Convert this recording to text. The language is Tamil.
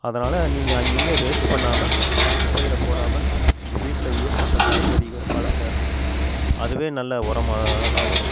அதனால் நீங்கள் அங்கே இங்கே வேஸ்ட் பண்ணாமல் குப்பையில் போடாமல் உங்கள் வீட்டில் யூஸ் பண்ணுற காய்கறிகள் பழங்கள் அதுவே நல்ல உரமாக தான் வரும்